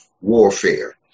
warfare